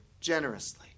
generously